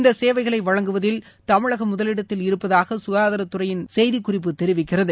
இந்த சேவைகளை வழங்குவதில் தமிழகம் முதலிடத்தில் இருப்பதாக சுனதாரத்துறையின் செய்திக்குறிப்பு தெரிவிக்கிறது